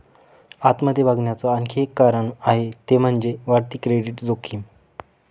आत मध्ये बघण्याच आणखी एक कारण आहे ते म्हणजे, वाढती क्रेडिट जोखीम